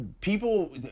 people